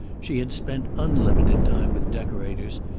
she had spent unlimited time with decorators,